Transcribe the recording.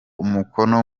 umukono